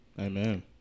Amen